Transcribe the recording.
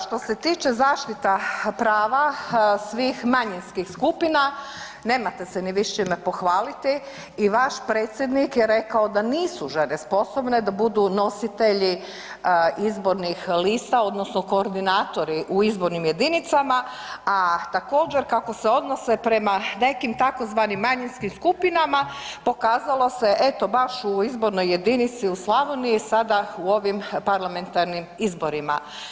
Što se tiče zaštita prava svih manjinskih skupina nemate se ni vi s čime pohvaliti i vaš predsjednik je rekao da nisu žene sposobne da budu nositelji izbornih lista odnosno koordinatori u izbornim jedinicama, a također kako se odnose prema nekim tzv. manjinskim skupinama pokazalo se eto baš u izbornoj jedinici u Slavoniji sada u ovim parlamentarnim izborima.